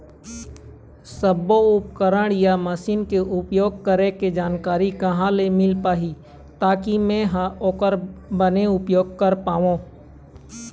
सब्बो उपकरण या मशीन के उपयोग करें के जानकारी कहा ले मील पाही ताकि मे हा ओकर बने उपयोग कर पाओ?